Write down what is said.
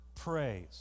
Praise